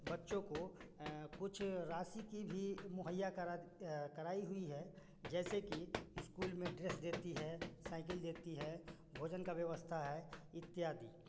बच्चों को कुछ राशि की भी मुहैया करा कराई हुई है जैसे कि स्कूल में ड्रेस देती है साइकिल देती है भोजन का व्यवस्था है इत्यादि